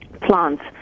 plants